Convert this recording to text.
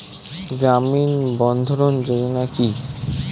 গ্রামীণ বন্ধরন যোজনা কি?